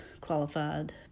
qualified